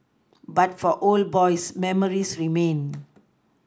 but for old boys memories remain